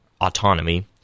autonomy